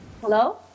Hello